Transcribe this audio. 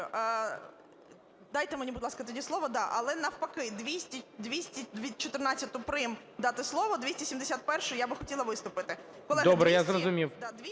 Дайте мені, будь ласка, тоді слово. Але навпаки: 214-а прим – дати слово, 271-а – я би хотіла виступити. ГОЛОВУЮЧИЙ. Добре, я зрозумів.